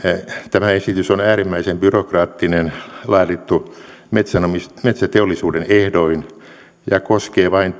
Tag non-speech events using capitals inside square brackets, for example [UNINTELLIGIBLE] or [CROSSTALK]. tämä esitys on äärimmäisen byrokraattinen laadittu metsäteollisuuden ehdoin ja koskee vain [UNINTELLIGIBLE]